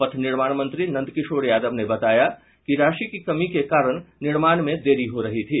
पथ निर्माण मंत्री नंदकिशोर यादव ने बताया कि राशि की कमी के कारण निर्माण में देरी हो रही थी